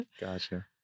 Gotcha